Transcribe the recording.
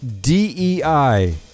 DEI